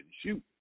shoot